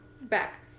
back